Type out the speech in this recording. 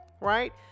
Right